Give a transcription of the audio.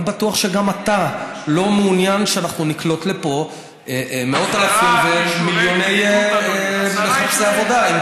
אני בטוח שגם אתה לא מעוניין שאנחנו נקלוט פה מאות אלפי מחפשי עבודה.